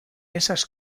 esas